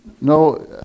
No